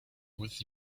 with